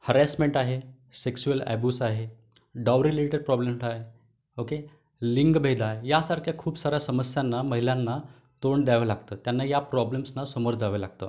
harassment आहे sexual abuse आहे dowry related problem आहे ओके लिंगभेद आहे या सारख्या खूप साऱ्या समस्यांना महिलांना तोंड द्यावं लागतं त्यांना या प्रॉब्लेम्सना सामोरं जावं लागतं